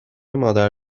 مادر